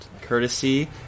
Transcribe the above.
courtesy